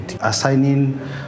assigning